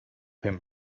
him